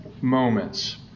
moments